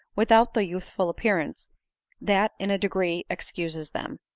without the youthful appearance that in a degree excuses them.